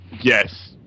Yes